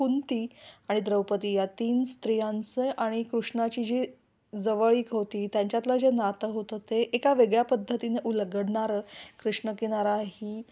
कुंती आणि द्रौपती या तीन स्त्रियांचं आणि कृष्णाची जी जवळीक होती त्यांच्यातलं जे नातं होतं ते एका वेगळ्या पद्धतीने उलगडणारं कृषणकिनारा ही